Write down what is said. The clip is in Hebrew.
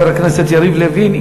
חבר הכנסת יריב לוין.